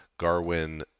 Garwin